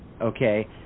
okay